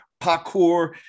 parkour